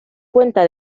cuenta